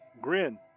Grin